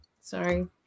sorry